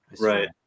Right